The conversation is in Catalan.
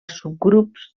subgrups